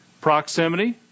proximity